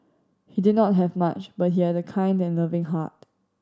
he did not have much but he had a kind and loving heart